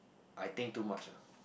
I think too much ah